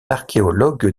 archéologue